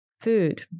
food